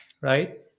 right